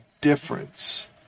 difference